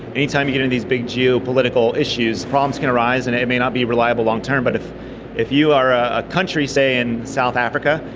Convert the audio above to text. any time you get into and these big geopolitical issues, problems can arise. and it may not be reliable long term, but if if you are a country, say, in south africa,